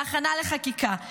להכנה לחקיקה,